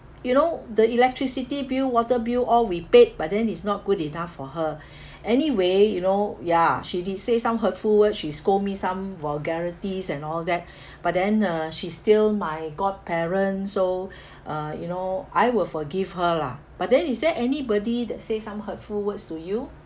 you know the electricity bill water bill all we paid but then it's not good enough for her anyway you know ya she did say some hurtful words she scold me some vulgarities and all that but then uh she's still my godparent so uh you know I will forgive her lah but then is there anybody that say some hurtful words to you